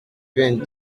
vingt